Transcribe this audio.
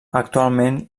actualment